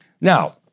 Now